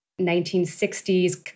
1960s